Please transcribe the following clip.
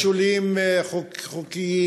אני יודע שיש מכשולים חוקיים,